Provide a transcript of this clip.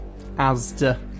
asda